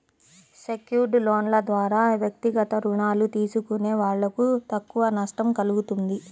secured లోన్ల ద్వారా వ్యక్తిగత రుణాలు తీసుకునే వాళ్ళకు తక్కువ నష్టం కల్గుతుంది